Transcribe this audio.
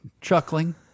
chuckling